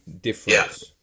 difference